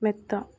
മെത്ത